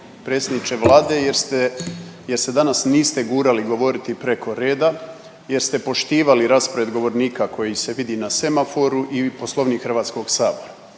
predsjedniče Vlade jer ste, jer se danas niste gurali govoriti preko reda, jer ste poštivali raspored govornika koji se vidi na semaforu i Poslovnik Hrvatskog sabora.